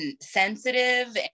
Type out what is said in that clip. sensitive